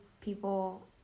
people